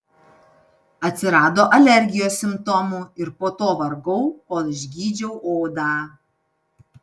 atsirado alergijos simptomų ir po to vargau kol išgydžiau odą